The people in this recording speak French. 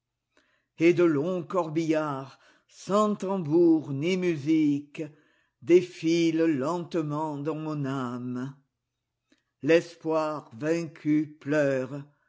et de longs corbillards sans tambours ni musique défilent lentement dans mon âme l'espoir vaincu pleure